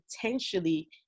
potentially